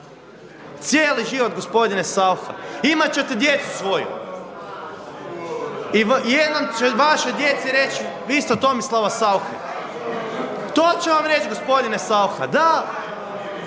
Cijeli život gospodine Saucha. Imat ćete djecu svoju i jedan će vašoj djeci reći vi ste od Tomislava Sauche. To će vam reći gospodine Saucha, da.